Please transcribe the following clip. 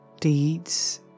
Deeds